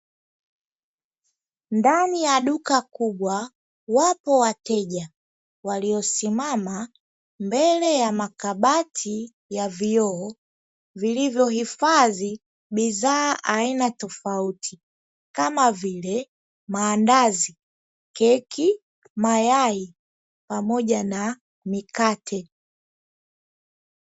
Ndani ya duka kubwa, wapo wateja waliosimama mbele ya makabati ya vioo vilivyohifadhi bidhaa aina tofauti, kama vile: maandazi, keki, mayai pamoja na mikate.